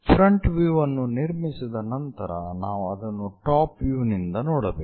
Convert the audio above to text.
front view ಅನ್ನು ನಿರ್ಮಿಸಿದ ನಂತರ ನಾವು ಅದನ್ನು ಟಾಪ್ ವ್ಯೂ ನಿಂದ ನೋಡಬೇಕು